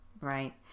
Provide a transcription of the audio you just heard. right